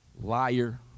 liar